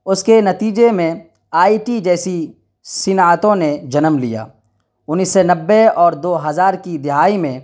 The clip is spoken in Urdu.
اس کے نتیجے میں آئی ٹی جیسی صنعتوں نے جنم لیا انیس سو نبے اور دو ہزار کی دہائی میں